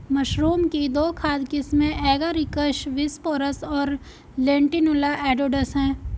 mushroom की दो खाद्य किस्में एगारिकस बिस्पोरस और लेंटिनुला एडोडस है